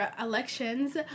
elections